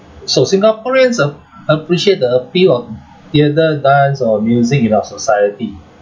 so singaporeans ap~ appreciate the appeal of theatre dance or music in our society